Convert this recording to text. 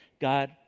God